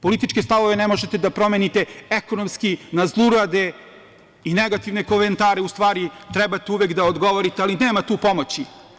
Političke stavove ne možete da promenite, ekonomski na zlurade i negativne komentare, u stvari trebate uvek da odgovorite, ali nema tu pomoći.